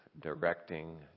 directing